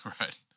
Right